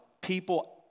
people